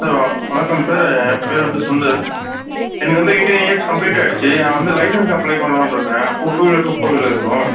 hello வணக்கம் sir என் பேரு வந்து சுந்தரு எனக்கு வந்து எயிட்டின் இயர்ஸ் கம்ப்ளீட் ஆகிடுச்சி நான் வந்து லைசன்ஸ் அப்ளை பண்ணலான்னு இருக்கேன் டூ வீலர்க்கும் ஃபோர் வீலருக்கும்